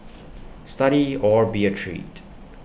study or be A treat